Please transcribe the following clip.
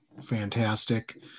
fantastic